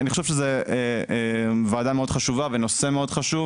אני חושב שזו ועדה מאוד חשובה בנושא מאוד חשוב